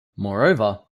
moreover